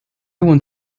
want